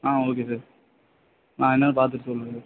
ஆ okay sir நான் என்னெனு பார்த்துட்டு சொல்லுங்க சார்